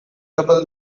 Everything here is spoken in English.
double